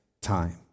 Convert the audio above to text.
time